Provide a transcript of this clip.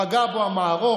פגע בו המערוך,